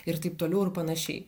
ir taip toliau ir panašiai